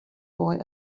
boy